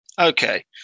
Okay